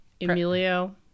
Emilio